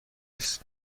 است